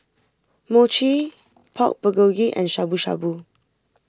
Mochi Pork Bulgogi and Shabu Shabu